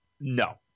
No